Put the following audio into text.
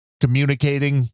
communicating